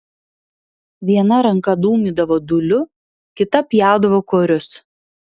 viena ranka dūmydavo dūliu kita pjaudavo korius